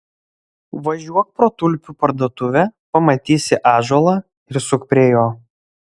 važiuok pro tulpių parduotuvę pamatysi ąžuolą ir suk prie jo